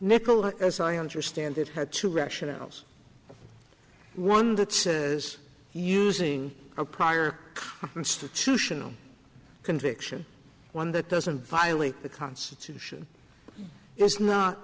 nicolette as i understand it had to rationales one that says using a prior constitutional conviction one that doesn't violate the constitution is not